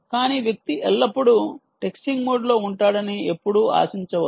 కానీ వ్యక్తి ఎల్లప్పుడూ టెక్స్టింగ్ మోడ్లో ఉంటాడని ఎప్పుడూ ఆశించవద్దు